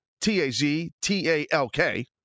T-A-Z-T-A-L-K